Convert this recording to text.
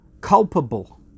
culpable